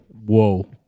whoa